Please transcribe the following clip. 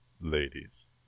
Ladies